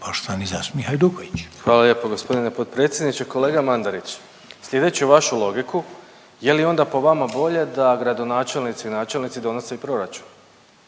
Domagoj (Socijaldemokrati)** Hvača lijepo g. potpredsjedniče, kolega Mandarić. Sljedeći vašu logiku, je li onda po vama bolje da gradonačelnici i načelnici donose i proračun?